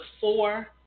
four